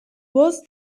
worse